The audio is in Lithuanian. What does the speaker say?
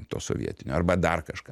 to sovietinio arba dar kažką